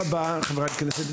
תודה רבה חברת הכנסת.